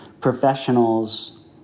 professionals